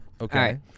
Okay